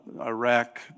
Iraq